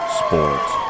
sports